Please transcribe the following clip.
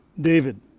david